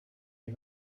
you